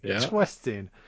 twisting